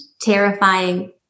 terrifying